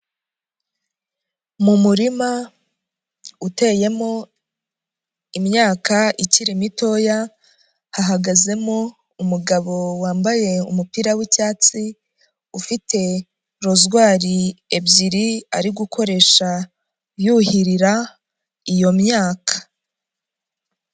Mu murima uteyemo imyaka ikiri mitoya hahagazemo, umugabo wambaye umupira w'icyatsi ufite rozwari ebyiri ari gukoresha yuhirira iyo myaka.